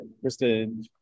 kristen